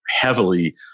heavily